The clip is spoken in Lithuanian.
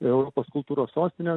europos kultūros sostine